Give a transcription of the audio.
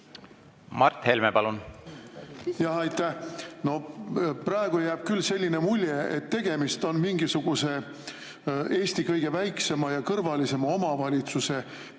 normaalseks? Jah, aitäh! Praegu jääb küll selline mulje, et tegemist on mingisuguse Eesti kõige väiksema ja kõrvalisema omavalitsuse